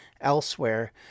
elsewhere